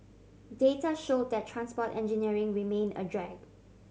data show that transport engineering remained a drag